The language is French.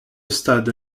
stade